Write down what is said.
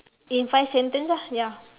in five sentence lah ya